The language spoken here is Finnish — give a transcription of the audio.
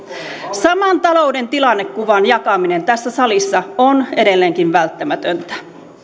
saman talouden tilannekuvan jakaminen tässä salissa on edelleenkin välttämätöntä